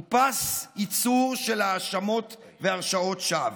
הוא פס ייצור של האשמות והרשעות שווא.